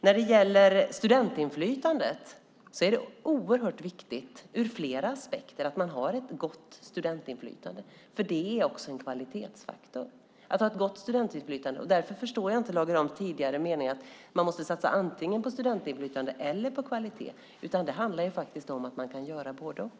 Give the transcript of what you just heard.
När det gäller studentinflytandet är det viktigt ur flera aspekter att man har ett gott studentinflytande, för det är också en kvalitetsfaktor. Därför förstår jag inte vad Lage Rahm menar med att man måste satsa på antingen studentinflytande eller kvalitet. Det handlar om att göra både och.